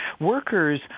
workers